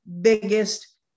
biggest